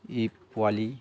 এই পোৱালি